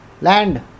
Land